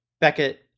Beckett